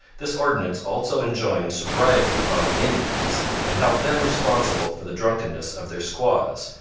this ordinance also enjoined sobriety upon the indians and held them responsible for the drunkenness of their squaws,